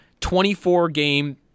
24-game